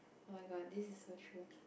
oh-my-god this is so true